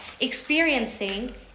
experiencing